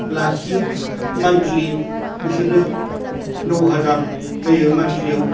लाखियो मान्थलि बिसोरनो न हाजार होयो मान्थलियाव